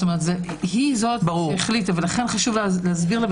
זאת אומרת, היא זאת שהחליטה, ולכן חשוב להסביר.